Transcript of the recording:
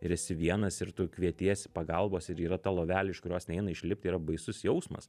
ir esi vienas ir tu kvietiesi pagalbos ir yra ta lovelė iš kurios neina išlipti yra baisus jausmas